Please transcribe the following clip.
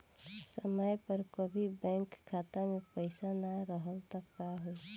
समय पर कभी बैंक खाता मे पईसा ना रहल त का होई?